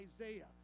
Isaiah